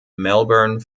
melbourne